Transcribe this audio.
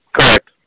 Correct